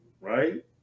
right